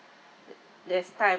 that's time